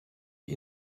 die